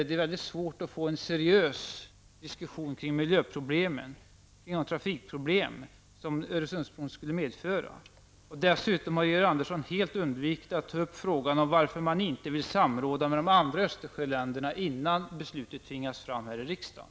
Det är svårt att få en seriös diskussion kring de miljöproblem och trafikproblem som bron skulle medföra. Georg Andersson har dessutom helt undvikit att ta upp frågan om varför man inte vill samråda med de andra Östersjöländerna innan beslutet tvingas fram här i riksdagen.